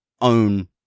own